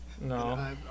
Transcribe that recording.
No